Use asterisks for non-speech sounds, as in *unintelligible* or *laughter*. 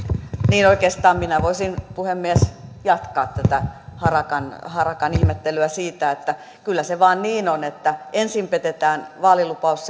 niin oikeastaan minä voisin puhemies jatkaa tätä harakan harakan ihmettelyä siitä että kyllä se vain niin on että ensin petetään vaalilupaus *unintelligible*